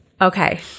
Okay